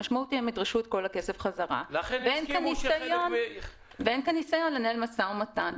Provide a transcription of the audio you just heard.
המשמעות היא שהם ידרשו את כל הכסף בחזרה ואין כאן ניסיון לנהל משא ומתן.